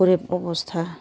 गोरिब अब'स्था